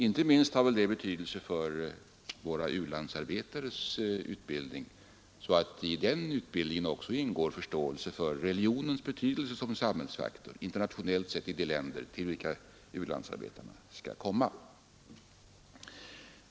Inte minst är det väl viktigt att i våra u-landsarbetares utbildning också ingår förståelse för religionens betydelse som samhällsfaktor, internationellt sett, i de länder till vilka u-landsarbetarna skall komma.